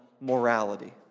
morality